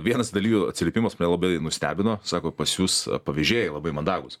vienas dalyvių atsiliepimas mane labai nustebino sako pas jus pavežėjai labai mandagūs